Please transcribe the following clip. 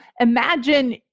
imagine